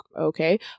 okay